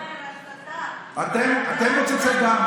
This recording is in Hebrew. זאת הסתה, אתם מוצצי דם.